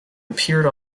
appeared